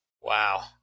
Wow